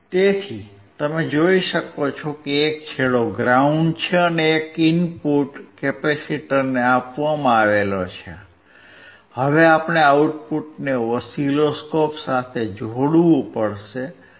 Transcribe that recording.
તેથી તમે જોઈ શકો છો કે એક છેડો ગ્રાઉન્ડ છે અને ઇનપુટ કેપેસિટરને આપવામાં આવે છે હવે આપણે આઉટપુટને ઓસિલોસ્કોપ સાથે જોડવું પડશે